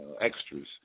extras